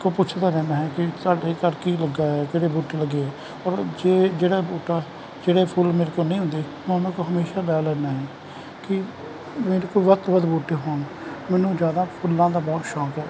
ਕੋ ਪੁਛਦਾ ਰਹਿਣਾ ਹੈ ਕਿ ਤੁਹਾਡੇ ਘਰ ਕੀ ਲੱਗਾ ਹੈ ਕਿਹੜੇ ਬੂਟੇ ਲੱਗੇ ਹੈ ਔਰ ਜੇ ਜਿਹੜਾ ਬੂਟਾ ਜਿਹਦੇਵ ਫੁੱਲ ਮੇਰੇ ਕੋਲ ਨਹੀਂ ਹੁੰਦੇ ਉਹਨਾਂ ਕੋਲ ਹਮੇਸ਼ਾਂ ਲੈ ਲੈਂਦਾ ਹਾਂ ਕਿ ਮੇਰੇ ਕੋਲ ਵੱਧ ਤੋਂ ਵੱਧ ਬੂਟੇ ਹੋਣ ਮੈਨੂੰ ਜ਼ਿਆਦਾ ਫੁੱਲਾਂ ਦਾ ਬਹੁਤ ਸ਼ੌਂਕ ਹੈ